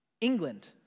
England